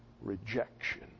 rejection